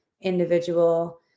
individual